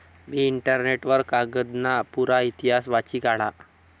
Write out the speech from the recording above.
मी internet वर कागदना पुरा इतिहास वाची काढा